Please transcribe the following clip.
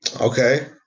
Okay